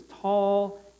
tall